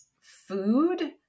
food